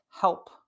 help